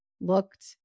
looked